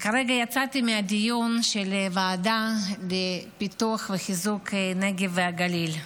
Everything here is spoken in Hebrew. כרגע יצאתי מהדיון של הוועדה לפיתוח וחיזוק הנגב והגליל.